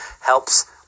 helps